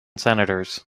senators